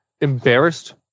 embarrassed